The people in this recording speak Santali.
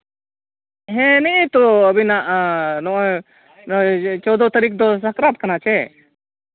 ᱟᱨ ᱱᱮᱜᱼᱮ ᱛᱚ ᱟᱹᱵᱤᱱᱟᱜ ᱱᱚᱜᱼᱚᱭ ᱪᱳᱫᱽᱫᱚ ᱛᱟᱹᱨᱤᱠᱷ ᱫᱚ ᱥᱟᱠᱨᱟᱛ ᱠᱟᱱᱟ ᱥᱮ